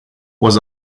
was